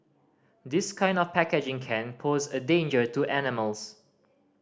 this kind of packaging can pose a danger to animals